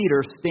Peter